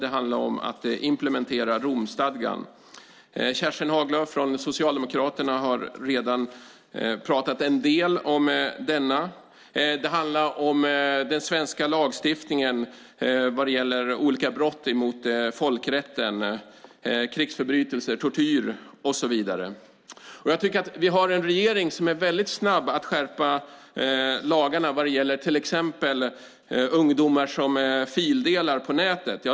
Den handlar om att implementera Romstadgan. Kerstin Haglö från Socialdemokraterna har redan pratat en del om denna. Det handlar om den svenska lagstiftningen vad gäller olika brott mot folkrätten: krigsförbrytelser, tortyr och så vidare. Vi har en regering som är väldigt snabb att skärpa lagarna vad gäller till exempel ungdomar som fildelar på nätet.